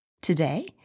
Today